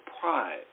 pride